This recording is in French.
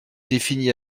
définis